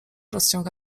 rozciąga